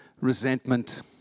resentment